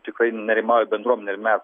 tikrai nerimauja bendruomenė ir mes